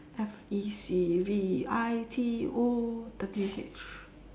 F E C V I T O W H